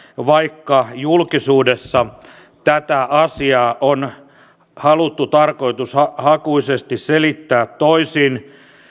vaikka julkisuudessa tätä asiaa on haluttu tarkoitushakuisesti selittää toisin